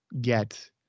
get